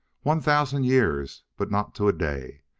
one thousand years, but not to a day.